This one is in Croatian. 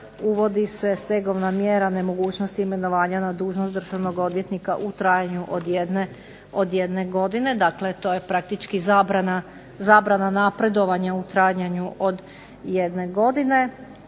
Uvodi se stegovna mjera nemogućnosti imenovanja na dužnost državnog odvjetnika u trajanju od jedne godine. Dakle, to je praktički zabrana napredovanja u trajanju od jedne godine.